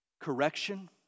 correction